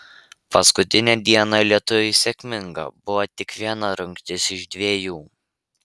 paskutinę dieną lietuviui sėkminga buvo tik viena rungtis iš dvejų